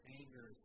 anger